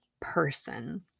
person